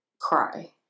Cry